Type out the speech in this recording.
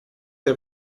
jag